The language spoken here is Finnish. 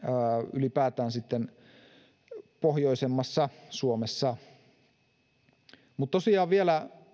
ylipäätään pohjoisemmassa suomessa tosiaan vielä